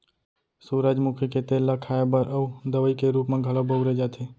सूरजमुखी के तेल ल खाए बर अउ दवइ के रूप म घलौ बउरे जाथे